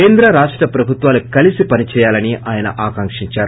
కేంద్ర రాష్ట ప్రభుత్వాలు కలిసి పనిచేయాలని ఆయన ఆకాంక్షించారు